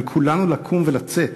על כולנו לקום ולצאת,